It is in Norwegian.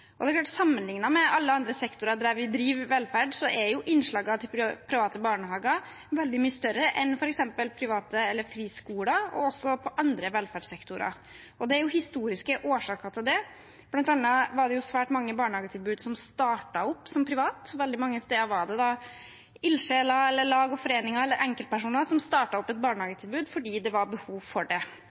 Det er klart at sammenlignet med alle andre sektorer der vi driver velferd, er innslaget av private barnehager veldig mye større enn f.eks. private eller friskoler og også på andre velferdssektorer. Det er historiske årsaker til det. Blant annet var det svært mange barnehagetilbud som startet opp som private. Veldig mange steder var det ildsjeler, lag og foreninger eller enkeltpersoner som startet opp et barnehagetilbud fordi det var behov for det.